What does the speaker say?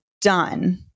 done